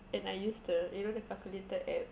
and I used the you know the calculator app